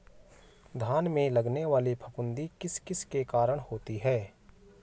धान में लगने वाली फफूंदी किस किस के कारण होती है?